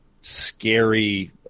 scary